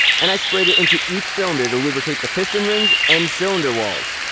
and i sprayed it into each cylinder to lubricate the piston rings and cylinder walls.